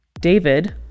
david